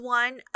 one